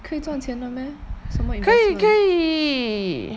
可以赚钱的 meh